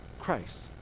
Christ